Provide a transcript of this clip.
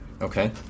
Okay